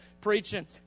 preaching